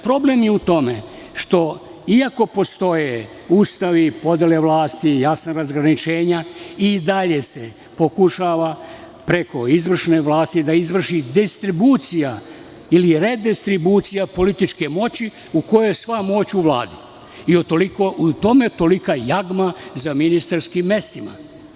Problem je u tome što iako postoje Ustav i podele vlasti i jasna razgraničenja, i dalje se pokušava preko izvršne vlasti izvršiti distribucija ili redistribucija političke moći u kojoj je sva moć u Vladi i utoliko u tome tolika jagma za ministarskim mestima.